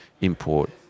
import